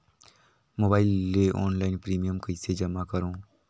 Mobile ले online premium कइसे जमा करों?